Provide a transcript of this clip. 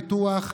פיתוח,